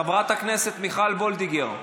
חברת הכנסת מיכל וולדיגר,